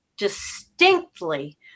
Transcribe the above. Distinctly